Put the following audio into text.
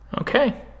Okay